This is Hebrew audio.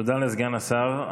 תודה לסגן השר.